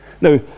now